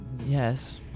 yes